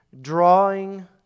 drawing